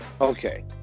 okay